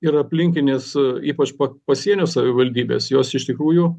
ir aplinkinės ypač pa pasienio savivaldybės jos iš tikrųjų